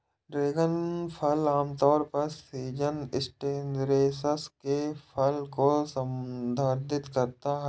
dragon फल आमतौर पर जीनस स्टेनोसेरेस के फल को संदर्भित करता है